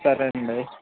సరే అండి